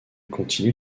continue